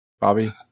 Bobby